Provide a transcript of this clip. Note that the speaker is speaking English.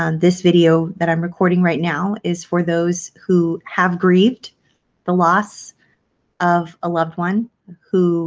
um this video that i'm recording right now is for those who have grieved the loss of a loved one who